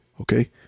okay